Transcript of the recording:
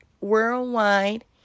worldwide